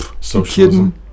Socialism